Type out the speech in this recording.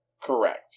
Correct